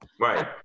Right